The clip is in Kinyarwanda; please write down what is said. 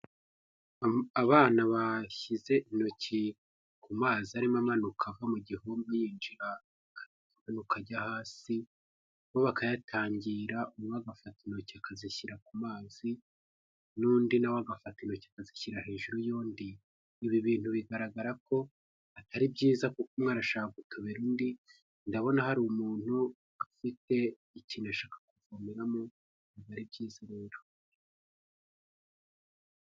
Abana bashyize intoki ku mazi arimo amanuka ava mu gihume yinjira amanuka ajya hasi bakayatangira umwe agafata intoki akazishyira ku mazi n'undi nawe agafata intoki akazishyira hejuru y'undi, ibi bintu bigaragara ko atari byiza kuko umwe arashaka gutobera undi ndabona hari umuntu ufite ikintu ashaka kuvomeramo ari byiza rero.